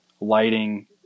lighting